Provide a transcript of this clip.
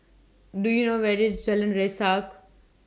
Do YOU know Where IS Jalan Resak